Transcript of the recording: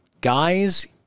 Guys